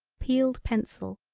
peeled pencil,